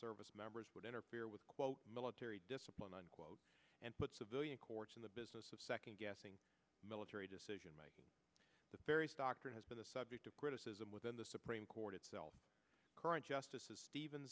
service members would interfere with quote military discipline unquote and put civilian courts in the business of second guessing military decision making the various dr has been the subject of criticism within the supreme court itself current justices ste